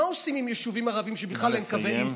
מה עושים עם יישובים ערביים שבכלל אין בהם אינטרנט?